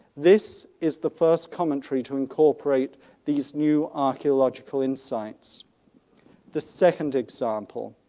this is the first commentary to incorporate these new archaeological insights the second example,